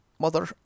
mother